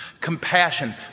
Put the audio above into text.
Compassion